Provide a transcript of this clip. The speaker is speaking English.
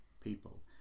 people